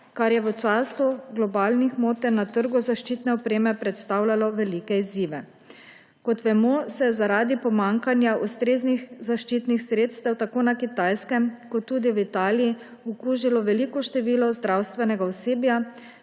kar je v času globalnih motenj na trgu zaščitne opreme predstavljalo velike izzive. Kot vemo, se je zaradi pomanjkanja ustreznih zaščitnih sredstev tako na Kitajskem kot tudi v Italiji okužilo veliko število zdravstvenega osebja,